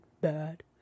bad